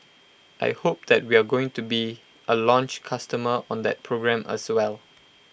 I hope that we're going to be A launch customer on that program as well